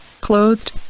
clothed